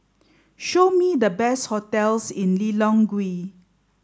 show me the best hotels in Lilongwe